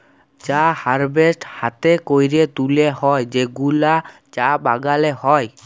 চা হারভেস্ট হ্যাতে ক্যরে তুলে হ্যয় যেগুলা চা বাগালে হ্য়য়